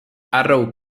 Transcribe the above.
arrow